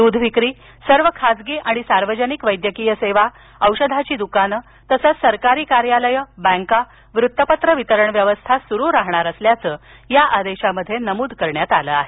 दूध विक्री सर्व खाजगी आणि सार्वजनिक वैद्यकीय सेवा औषधांची दुकानं तसंच सरकारी कार्यालय बँका वृत्तपत्र वितरण व्यवस्था सुरू राहणार असल्याचं या आदेशात नमूद करण्यात आलं आहे